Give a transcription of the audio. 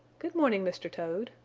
good morning, mr. toad,